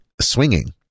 swinging